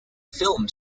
film